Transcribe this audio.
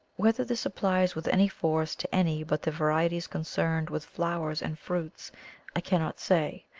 whether this applies with any force to any but the varieties concerned with flowers and fruits i cannot say,